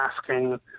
asking